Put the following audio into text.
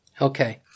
Okay